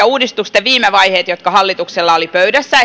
uudistusten viime vaiheet jotka hallituksella olivat pöydässä